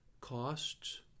costs